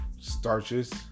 starches